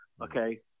okay